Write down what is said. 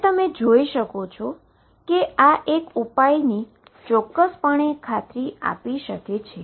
તો તમે જોઈ શકો છો કે એક ઉપાયની ચોક્કસપણે ખાતરી આપી શકાય છે